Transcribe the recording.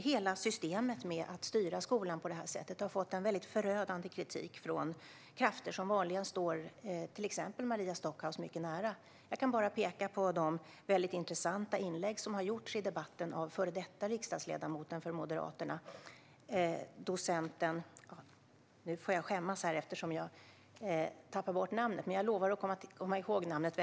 Hela systemet med att styra skolan på det här sättet har fått en förödande kritik från krafter som vanligen står till exempel Maria Stockhaus mycket nära. Jag kan bara peka på de väldigt intressanta inlägg som har gjorts i debatten av före detta riksdagsledamoten för Moderaterna, docent . Nu får jag skämmas eftersom jag tappade bort namnet, men jag lovar att komma på det snart.